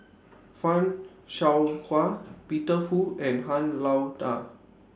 fan Shao Hua Peter Fu and Han Lao DA